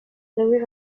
louis